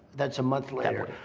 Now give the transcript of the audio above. that's a month later.